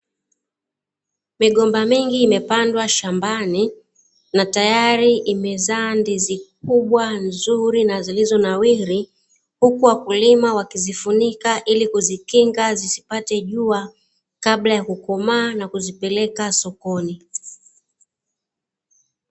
Migomba mingi imepandwa shambani na tayari imezaa ndizi kubwa nzuri na zilizonawiri, huku wakulima wakizifunika ili kuzikinga zisipate jua kabla ya kukomaa na kuzipeleka sokoni.